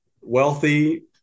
wealthy